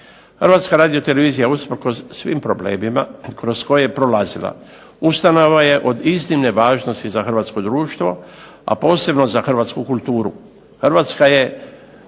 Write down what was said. ovog zakona. HRT usprkos svim problemima kroz koje je prolazila ustanova je od iznimne važnosti za hrvatsko društvo, a posebno za hrvatsku kulturu. HRT je